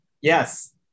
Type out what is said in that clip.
yes